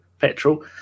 petrol